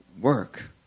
Work